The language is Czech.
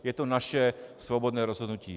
Je to naše svobodné rozhodnutí.